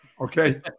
Okay